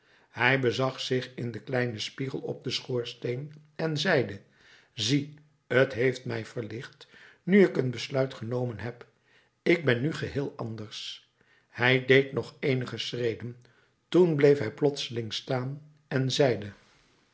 hij bezag zich in den kleinen spiegel op den schoorsteen en zeide zie t heeft mij verlicht nu ik een besluit genomen heb ik ben nu geheel anders hij deed nog eenige schreden toen bleef hij plotseling staan en zeide